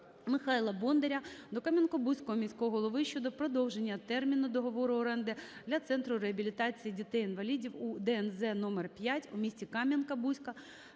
Михайла Бондаря до Кам’янко-Бузького міського голови щодо подовження терміну договору оренди для центру реабілітації дітей-інвалідів у ДНЗ№5 у місті Кам'янка-Бузька